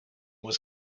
was